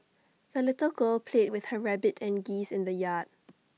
the little girl played with her rabbit and geese in the yard